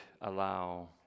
allow